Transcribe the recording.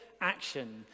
action